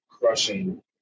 crushing